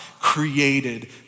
created